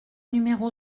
numéro